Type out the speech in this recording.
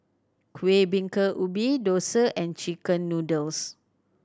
Kueh Bingka Ubi dosa and chicken noodles